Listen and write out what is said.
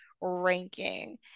ranking